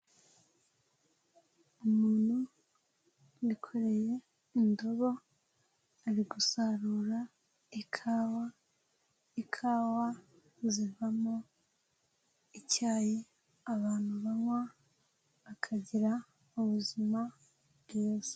Umuntu wikoreye indobo ari gusarura ikawa ikawa zivamo icyayi abantu banywa bakagira ubuzima bwiza.